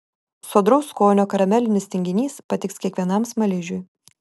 sodraus skonio karamelinis tinginys patiks kiekvienam smaližiui